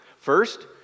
First